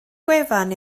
gwefan